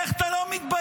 איך אתה לא מתבייש?